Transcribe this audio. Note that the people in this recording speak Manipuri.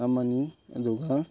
ꯅꯝꯃꯅꯤ ꯑꯗꯨꯒ